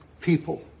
people